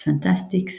"פנטסטיקס",